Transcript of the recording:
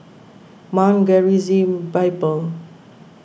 Mount Gerizim Bible